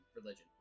religion